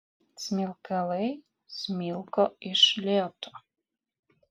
smilkalai smilko iš lėto